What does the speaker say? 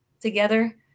together